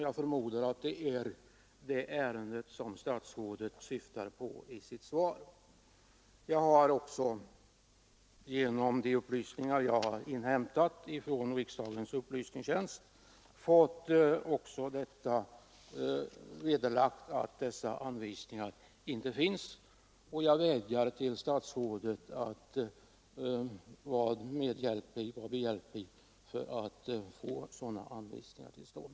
Jag förmodar att det är det ärendet som statsrådet syftar på i sitt svar. Jag har också genom de upplysningar jag inhämtat från riksdagens upplysningstjänst fått bekräftat att dessa anvisningar inte finns, och jag vädjar till statsrådet att hjälpa till med att få sådana anvisningar till stånd.